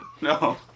No